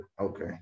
Okay